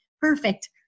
perfect